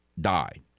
died